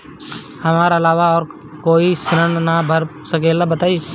हमरा अलावा और कोई ऋण ना भर सकेला बताई?